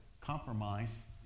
compromise